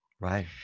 Right